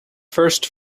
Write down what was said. first